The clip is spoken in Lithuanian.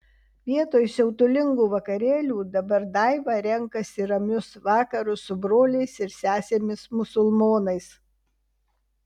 vietoj siautulingų vakarėlių dabar daiva renkasi ramius vakarus su broliais ir sesėmis musulmonais